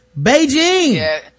Beijing